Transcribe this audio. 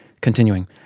Continuing